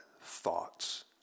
thoughts